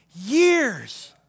years